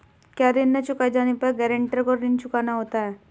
क्या ऋण न चुकाए जाने पर गरेंटर को ऋण चुकाना होता है?